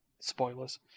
spoilers